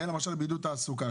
היה למשל בידוד תעסוקה,